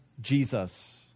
Jesus